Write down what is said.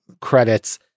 credits